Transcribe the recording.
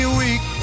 weak